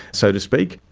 so to speak.